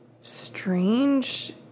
strange